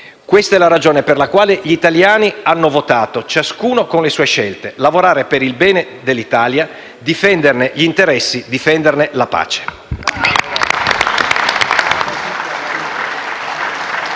Questa è la ragione per la quale gli italiani hanno votato, ciascuno con le sue scelte: lavorare per il bene dell'Italia, difenderne gli interessi e difenderne la pace.